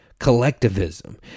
Collectivism